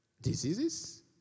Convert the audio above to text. Diseases